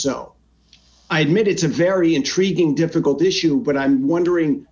so i admit it's a very intriguing difficult issue but i'm wondering